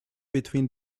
between